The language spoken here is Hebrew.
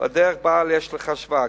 והדרך שבה יש לחשבה,